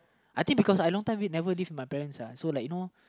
I think because I long time wait never leave my parents uh so like you know